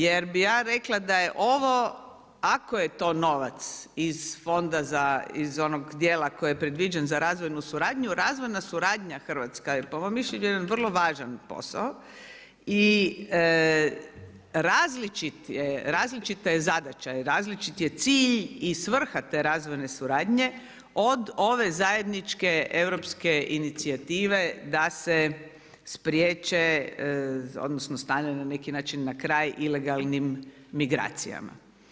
Jer bih ja rekla da je ovo ako je to novac iz fonda za, iz onog dijela koji je predviđen za razvojnu suradnju, razvojna suradnja Hrvatska je po mom mišljenju jedan vrlo važan posao i različita je zadaća, različit je cilj i svrha te razvojne suradnje od ove zajedničke europske inicijative da se spriječe odnosno stane na neki način kraj ilegalnim migracijama.